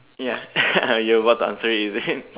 ya you were about to answer it is it